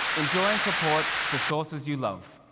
enjoy and support the sources you love.